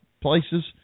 places